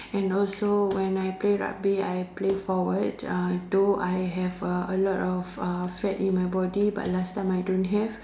and also when I play rugby I play forward uh though I have a a lot of uh fat in my body but last time I don't have